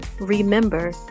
remember